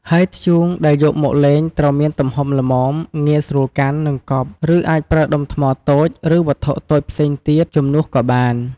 ហើយធ្យូងដែលយកមកលេងត្រូវមានទំហំល្មម ងាយស្រួលកាន់ និងកប់ ឬអាចប្រើដុំថ្មតូច ឬវត្ថុតូចផ្សេងទៀតជំនួសក៏បាន។